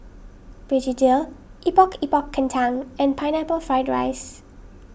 Begedil Epok Epok Kentang and Pineapple Fried Rice